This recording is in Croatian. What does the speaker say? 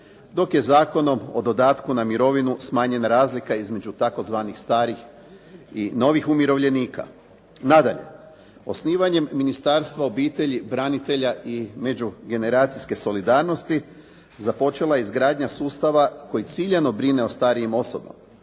dok je Zakonom o dodatku na mirovinu smanjena razlika između tzv. starih i novih umirovljenika. Nadalje, osnivanjem Ministarstva, obitelji, branitelja i međugeneracijske solidarnosti započela je izgradnja sustava koji ciljano brine o starijim osobama,